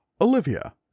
Olivia